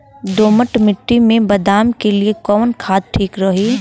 दोमट मिट्टी मे बादाम के लिए कवन खाद ठीक रही?